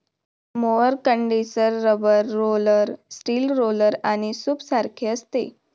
mower condenser rubber roller, steel roller आणि सूपसारखे असते